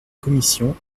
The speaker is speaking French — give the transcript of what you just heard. commission